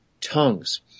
tongues